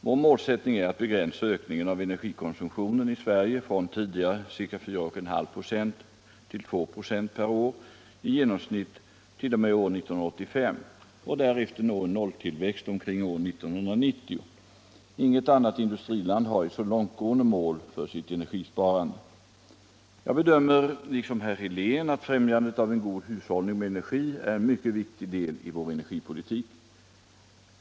Vår målsättning är att begränsa ökningen av energikonsumtionen i Sverige från tidigare ca 4,5 940 till 296 per år i genomsnitt t.o.m. år 1985 och därefter nå en nolltillväxt omkring år 1990. Inget annat industriland har ett så långtgående mål för sitt energisparande. Jag bedömer liksom herr Helén att främjandet av en god hushållning med energi är en mycket viktig del i vår energipolitik.